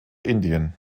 indien